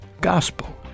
gospel